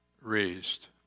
raised